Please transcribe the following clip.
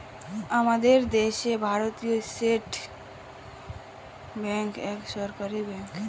আমাদের দেশে ভারতীয় স্টেট ব্যাঙ্ক এক সরকারি ব্যাঙ্ক